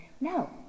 No